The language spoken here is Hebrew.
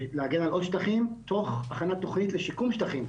להגן על עוד שטחים תוך הכנת תכנית לשיקום שטחים.